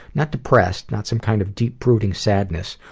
not depressed, not some kind of deep, brooding sadness.